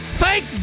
Thank